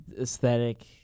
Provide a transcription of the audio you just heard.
aesthetic